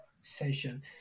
session